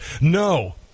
No